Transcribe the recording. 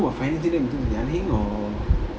or